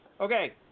Okay